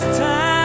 time